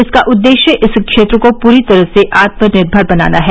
इसका उद्देश्य इस क्षेत्र को पूरी तरह से आत्मनिर्भर बनाना है